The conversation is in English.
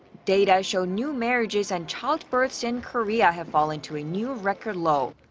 data show new marriages and childbirths in korea have fallen to a new record low.